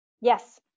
Yes